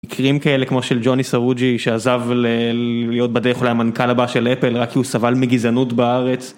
מקרים כאלה כמו של ג'וני סרוג'י שעזב להיות בדרך למנכ"ל הבא של אפל רק כי הוא סבל מגזנות בארץ.